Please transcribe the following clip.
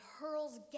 hurls